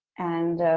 and